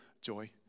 joy